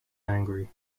angry